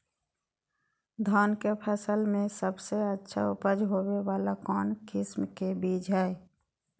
धान के फसल में सबसे अच्छा उपज होबे वाला कौन किस्म के बीज हय?